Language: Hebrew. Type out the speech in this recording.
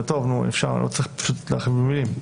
לא צריך להכביר במילים.